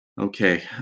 okay